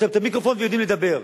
יש להם מיקרופון ויודעים לדבר.